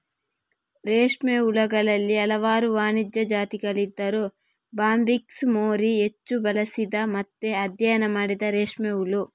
ರೇಷ್ಮೆ ಹುಳುಗಳಲ್ಲಿ ಹಲವಾರು ವಾಣಿಜ್ಯ ಜಾತಿಗಳಿದ್ದರೂ ಬಾಂಬಿಕ್ಸ್ ಮೋರಿ ಹೆಚ್ಚು ಬಳಸಿದ ಮತ್ತೆ ಅಧ್ಯಯನ ಮಾಡಿದ ರೇಷ್ಮೆ ಹುಳು